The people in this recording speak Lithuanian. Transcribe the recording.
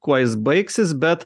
kuo jis baigsis bet